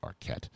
Arquette